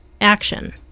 action